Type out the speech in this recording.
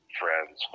friends